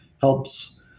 helps